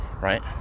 right